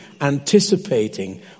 anticipating